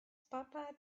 papa